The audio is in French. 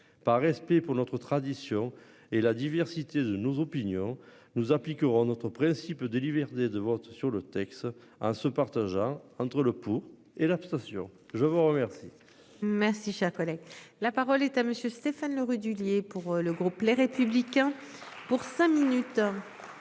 Par respect pour notre tradition et la diversité de nos opinions nous appliquerons notre principe de liberté de vote sur le texte à se partageant entre le pour et l'abstention. Je vous remercie. Merci, cher collègue, la parole est à monsieur Stéphane Le Rudulier. Pour le groupe Les Républicains pour cinq minutes.